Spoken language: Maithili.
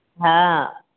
हॅं